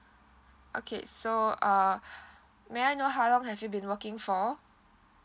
okay so uh may I know how long have you been working for